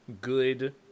good